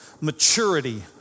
Maturity